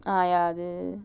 ah ya